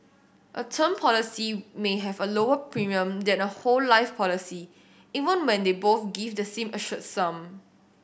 a term policy may have a lower premium than a whole life policy even when they both give the same assured sum